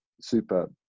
super